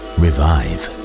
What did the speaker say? revive